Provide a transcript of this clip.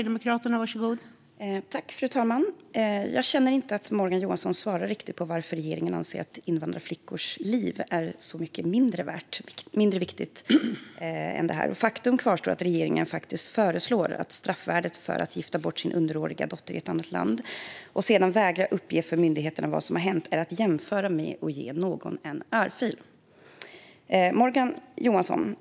Fru talman! Jag känner inte att Morgan Johansson riktigt svarade på varför regeringen anser att invandrarflickors liv är så mycket mindre viktiga än andras. Faktum kvarstår att regeringen faktiskt föreslår att straffvärdet för att gifta bort sin underåriga dotter i ett annat land och sedan vägra uppge för myndigheterna vad som hänt är att jämföra med att ge någon en örfil.